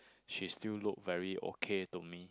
she still look very okay to me